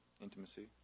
Intimacy